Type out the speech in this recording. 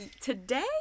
today